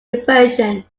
inversion